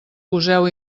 poseu